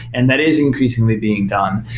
and that is increasingly being done.